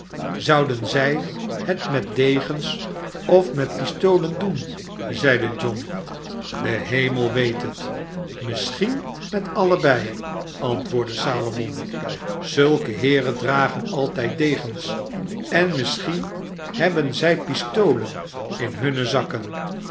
zouden zij het met degens of met pistolen doen zeide john de hemel weet het misschien met allebei antwoordde salomon zulke heeren dragen altijd degens en misschien hebben zij pist len in hunne zakken